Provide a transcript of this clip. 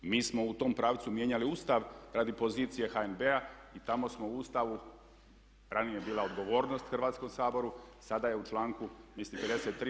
Mi smo u tom pravcu mijenjali Ustav radi pozicije HNB-a i tamo smo u Ustavu, ranije je bila odgovornost Hrvatskom saboru, sada je u članku mislim 53.